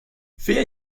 vier